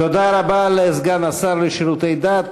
תודה רבה לסגן השר לשירותי דת,